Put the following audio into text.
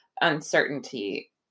uncertainty